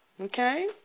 Okay